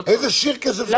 איזה שירקעס אפשר לעשות פה?